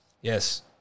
Yes